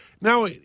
Now